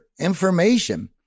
information